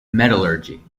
metallurgy